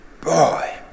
Boy